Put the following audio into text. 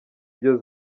byose